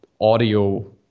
audio